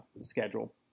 schedule